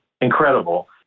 incredible